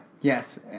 Yes